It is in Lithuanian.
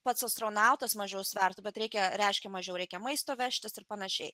pats astronautas mažiau svertų bet reikia reiškia mažiau reikia maisto vežtis ir panašiai